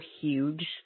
huge